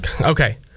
Okay